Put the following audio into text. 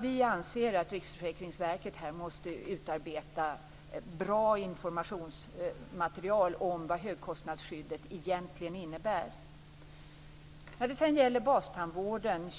Vi anser därför att Riksförsäkringsverket här måste utarbeta ett bra informationsmaterial om vad högkostnadsskyddet egentligen innebär.